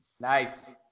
Nice